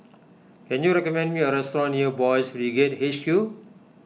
can you recommend me a restaurant near Boys' Brigade H Q